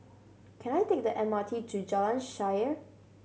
can I take the M R T to Jalan Shaer